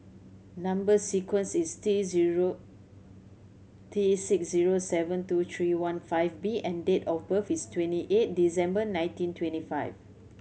number sequence is T zero T six zero seven two three one five B and date of birth is twenty eight December nineteen twenty five